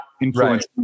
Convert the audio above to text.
influence